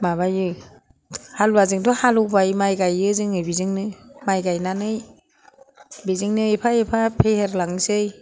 माबायो हालुवाजोंथ' हालौवबाय माइ गाइयो जोङो बेजोंनो माइ गाइनानै बेजोंनो एफा एफा फेहेरलांसै